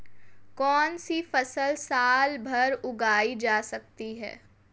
कौनसी फसल साल भर उगाई जा सकती है?